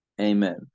amen